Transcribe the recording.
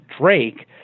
Drake